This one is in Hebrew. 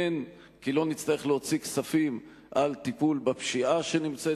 הן כי לא נצטרך להוציא כספים על טיפול בפשיעה שנמצאת